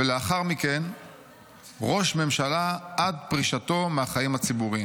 ולאחר מכן ראש ממשלה עד פרישתו מהחיים הציבוריים.